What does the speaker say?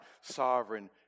sovereign